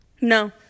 No